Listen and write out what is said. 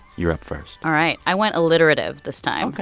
you're up first all right. i went alliterative this time. ok.